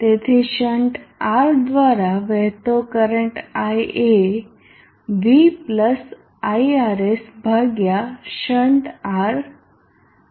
તેથી shunt R દ્વારા વહેતો કરંટ i એ v પ્લસ iRs ભાગ્યા શન્ટ R છે